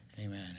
Amen